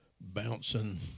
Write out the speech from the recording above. Bouncing